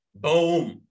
Boom